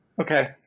okay